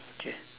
okay